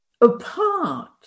apart